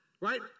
right